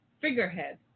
figurehead